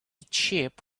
chip